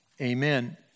Amen